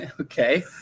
okay